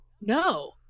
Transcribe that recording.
No